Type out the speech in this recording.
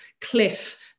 cliff